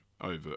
over